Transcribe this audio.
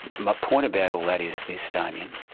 my point about all that is this, damien,